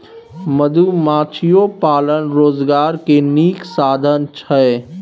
मधुमाछियो पालन रोजगार के नीक साधन छइ